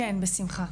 כן, בשמחה.